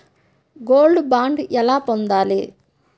Gold bond ఎలా పొందాలి?